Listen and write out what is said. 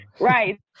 right